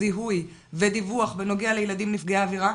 זיהוי ודיווח בנוגע לילדים נפגעי עבירה.